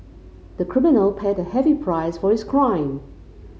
the criminal paid a heavy price for his crime